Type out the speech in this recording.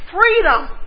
freedom